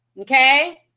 okay